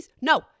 No